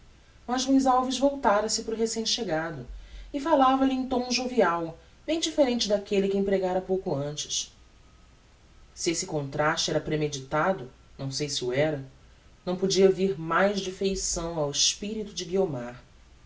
jorge mas luiz alves voltara se para o recem chegado e falava-lhe em tom jovial bem differente daquelle que empregára pouco antes se esse contraste era premeditado não sei se o era não podia vir mais de feição ao espirito de guiomar